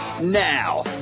now